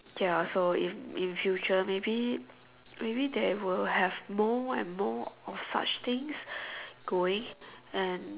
ya so if in future maybe maybe they will have more and more of such things going and